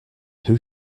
who